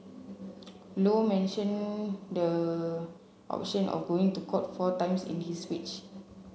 low mention the option of going to court four times in his speech